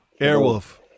airwolf